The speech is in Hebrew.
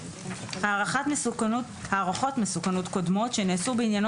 הערכות מסוכנות קודמות שנעשו בעניינו